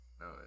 No